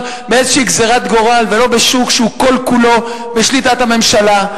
באיזושהי גזירת גורל ולא בשוק שהוא כל כולו בשליטת הממשלה.